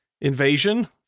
invasion